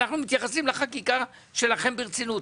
אנחנו מתייחסים לחקיקה שלכם ברצינות,